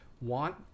want